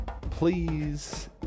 please